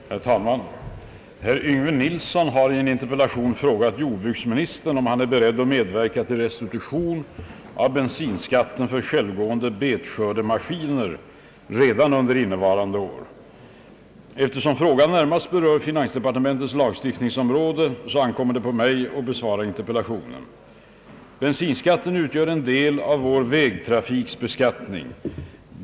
Herr talman! Herr Yngve Nilsson har i en interpellation frågat jordbruksministern om han är beredd att medverka till restitution av bensinskatten för självgående betskördemaskiner redan under innevarande år. Eftersom frågan närmast berör finansdepartementets lagstiftningsområde, ankommer det på mig att besvara interpellationen. Bensinskatten utgör en del av vår vägtrafikbeskattning.